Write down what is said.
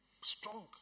strong